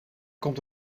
komt